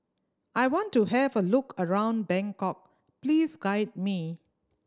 I want to have a look around Bangkok please guide me